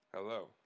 Hello